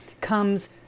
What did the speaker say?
comes